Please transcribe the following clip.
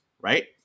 right